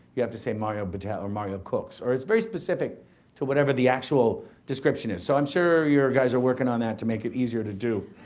you have to say, mario batali, or mario cooks or it's very specific to whatever the actual description is, so i'm sure your guys are working on that to make it easier to do.